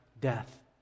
death